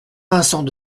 vincent